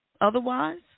otherwise